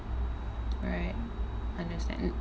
right understand